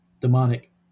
Demonic